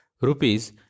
rupees